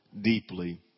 deeply